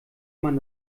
man